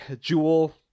jewel